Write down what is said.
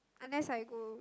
unless I go